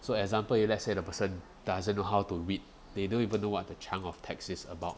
so example you let's say the person doesn't know how to read they don't even though what the chunk of texts is about